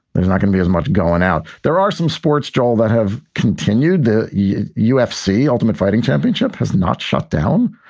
there's not going to be as much going out. there are some sports, joel, that have continued the ufc ultimate fighting championship has not shut down.